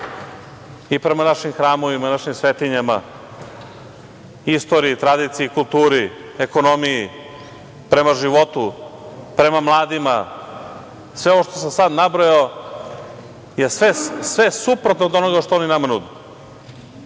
i prema našim hramovima, našim svetinjama, istoriji, tradiciji, kulturi, ekonomiji, prema životu, prema mladima. Sve ovo što sam sad nabrajao je sve suprotno od onoga što oni nama